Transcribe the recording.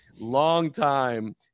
longtime